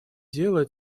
дело